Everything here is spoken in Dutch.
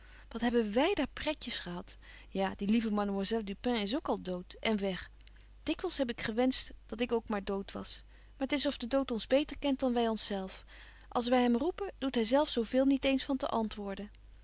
wat hebben wy daar pretjes gehadt ja die lieve mademoiselle du pin is ook al dood en weg dikwils heb ik gewenscht dat ik ook maar dood was maar t is of de dood ons beter kent dan wy ons zelf als wy hem roepen doet hy zelf betje wolff en aagje deken historie van mejuffrouw sara burgerhart zo veel niet eens van te antwoorden